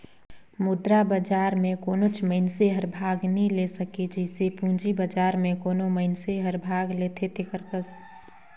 मुद्रा बजार में कोनोच मइनसे हर भाग नी ले सके जइसे पूंजी बजार में कोनो मइनसे हर भाग लेथे तेकर कस